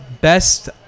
best